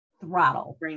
throttle